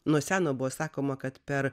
nuo seno buvo sakoma kad per